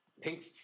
Pink